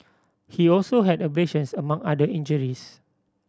he also had abrasions among other injuries